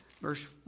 verse